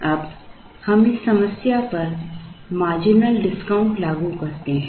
अब हम इस समस्या पर मार्जिनल डिस्काउंट लागू करते हैं